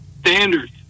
standards